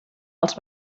els